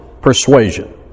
persuasion